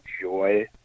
joy